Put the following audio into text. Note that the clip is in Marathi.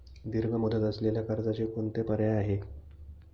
दीर्घ मुदत असलेल्या कर्जाचे कोणते पर्याय आहे?